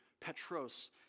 Petros